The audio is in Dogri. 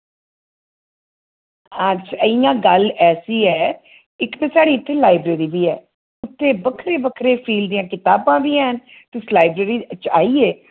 अच्छ इ'यां गल्ल ऐसी ऐ इक ते साढ़ी इत्थे लाइब्रेरी वी ऐ उत्थे बक्खरे बक्खरे फील्ड दियां कताबां वी हैन तुस लाइब्रेरी च आइयै